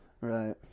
Right